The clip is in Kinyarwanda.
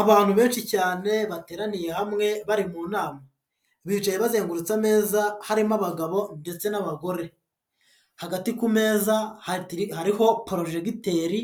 Abantu benshi cyane bateraniye hamwe bari mu nama, bicaye bazengurutse ameza harimo abagabo ndetse n'abagore, hagati ku meza hariho porojegiteri